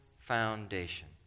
foundation